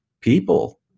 people